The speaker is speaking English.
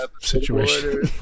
Situation